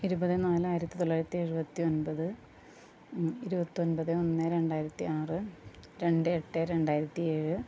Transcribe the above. ഇരുപത് നാല് ആയിരത്തി തൊള്ളായിരത്തി എഴുപത്തി ഒൻപത് ഇരുപത്തൊൻപത് ഒന്ന് രണ്ടായിരത്തി ആറ് രണ്ട് എട്ട് രണ്ടായിരത്തി ഏഴ്